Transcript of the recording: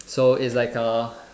so it's like uh